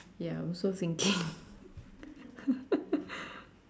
ya I'm also thinking